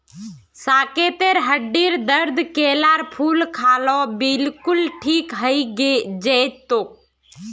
साकेतेर हड्डीर दर्द केलार फूल खा ल बिलकुल ठीक हइ जै तोक